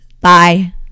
Bye